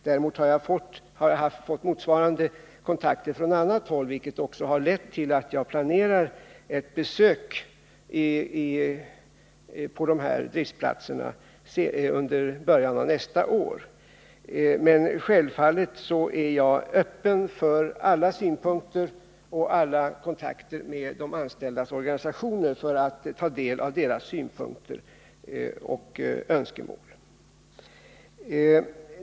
Däremot har jag haft motsvarande kontakter på andra håll, vilket också lett till att jag planerar ett besök på de här krisplatserna under början av nästa år. Självfallet är jag öppen för alla slags synpunkter från och kontakter med de anställdas organisationer för att kunna ta del av deras önskemål.